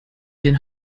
den